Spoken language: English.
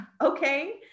okay